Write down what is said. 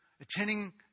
attending